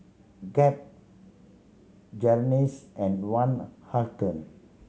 Gap Jergens and Van Houten